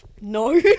no